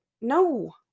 No